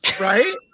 Right